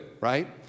right